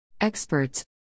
Experts